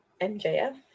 MJF